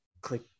Click